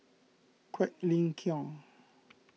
Quek Ling Kiong